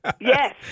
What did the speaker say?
Yes